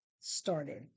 started